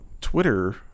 Twitter